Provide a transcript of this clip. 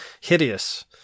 hideous